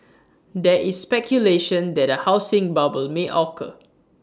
there is speculation that A housing bubble may occur